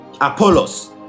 apollos